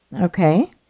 Okay